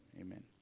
Amen